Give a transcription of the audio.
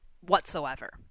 whatsoever